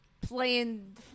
playing